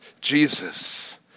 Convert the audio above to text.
Jesus